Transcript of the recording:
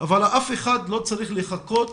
אבל אף אחד לא צריך לחכות